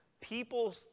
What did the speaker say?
people